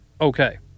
okay